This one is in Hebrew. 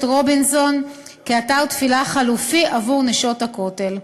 רובינסון כאתר תפילה חלופי בעבור "נשות הכותל".